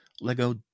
Lego